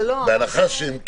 בהנחה שהם כן,